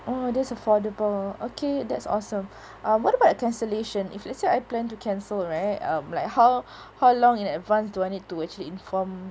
oh that's affordable okay that's awesome uh what about the cancellation if let's say I plan to cancel right um like how how long in advance do I need to actually inform